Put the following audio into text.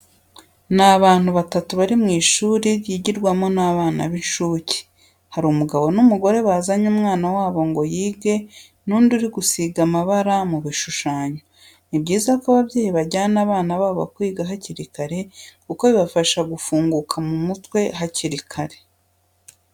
Ni abantu batatu bari mu ishuri ryigirwamo n'abana b'incuke, hari umugabo n'umugore bazanye umwana wabo ngo yige n'undi uri gusiga amabara mu bishushanyo. Ni byiza ko ababyeyi bajyana abana babo kwiga hakiri kare kuko bibafasha gufunguka mu mutwe hakiri kare.